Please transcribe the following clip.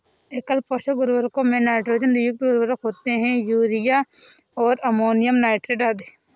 एकल पोषक उर्वरकों में नाइट्रोजन युक्त उर्वरक होते है, यूरिया और अमोनियम नाइट्रेट आदि